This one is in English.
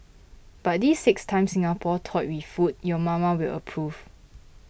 but these six times Singapore toyed with food your mama will approve